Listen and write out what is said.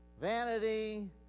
vanity